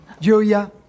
Julia